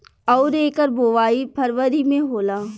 अउर एकर बोवाई फरबरी मे होला